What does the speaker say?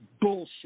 bullshit